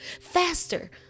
faster